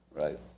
Right